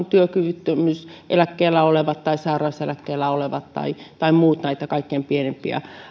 työkyvyttömyyseläkkeellä olevia tai sairauseläkkeellä olevia tai tai muita näitä kaikkein pienimpiä